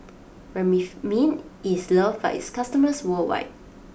Remifemin is loved by its customers worldwide